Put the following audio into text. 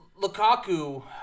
Lukaku